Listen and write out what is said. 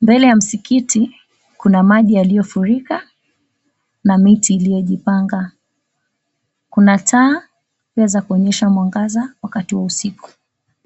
Mbele ya msikiti kuna maji yaliyofurika na miti iliyojipanga. Kuna taa, pia za kuonyesha mwangaza wakati wa usiku.